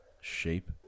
shape